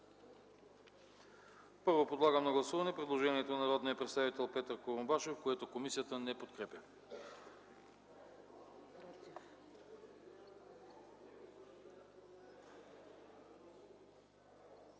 Подлагам на гласуване предложението на народния представител Любен Корнезов, което комисията не подкрепя.